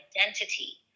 identity